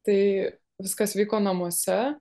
tai viskas vyko namuose